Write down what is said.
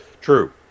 True